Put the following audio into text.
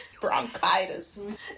Bronchitis